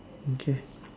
okay